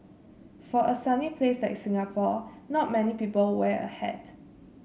for a sunny place like Singapore not many people wear a hat